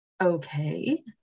Okay